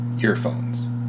earphones